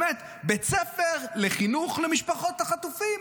באמת, בית ספר לחינוך למשפחות החטופים.